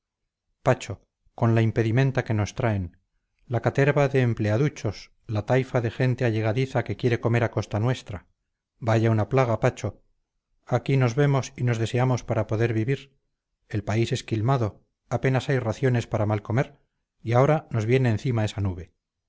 pacho con la impedimenta que nos traen la caterva de empleaduchos la taifa de gente allegadiza que quiere comer a costa nuestra vaya una plaga pacho aquí nos vemos y nos deseamos para poder vivir el país esquilmado apenas hay raciones para mal comer y ahora nos viene encima esa nube